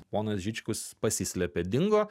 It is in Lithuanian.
ponas žičkus pasislėpė dingo